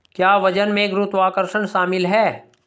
क्या वजन में गुरुत्वाकर्षण शामिल है?